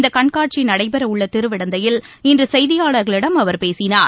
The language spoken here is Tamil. இந்தகண்காட்சிநடைபெறவுள்ளதிருவிடந்தையில் இன்றுசெய்தியாளர்களிடம் அவர் பேசினார்